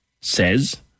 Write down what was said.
says